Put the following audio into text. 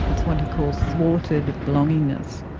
it's what he calls thwarted belongingness.